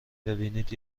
ببینید